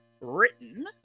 Written